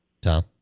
Tom